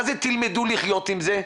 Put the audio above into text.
מה זה תלמדו לחיות עם זה?